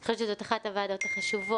אני חושבת שזו אחת הוועדות החשובות,